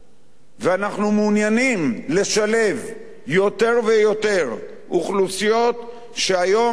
ואנחנו מעוניינים לשלב יותר ויותר אוכלוסיות שהיום לא נושאות,